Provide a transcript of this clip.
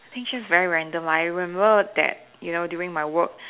think just very random lah I remember that you know during my work